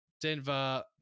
Denver